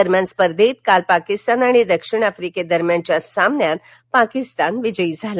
दरम्यान स्पर्धेत काल पाकीस्तान आणि दक्षिण आफ्रिके दरम्यानच्या सामन्यात पाकिस्तान विजयी झाला